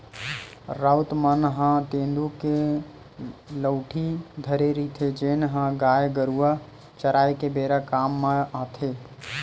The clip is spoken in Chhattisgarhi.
राउत मन ह तेंदू के लउठी धरे रहिथे, जेन ह गाय गरुवा चराए के बेरा काम म आथे